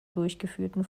durchgeführten